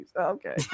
Okay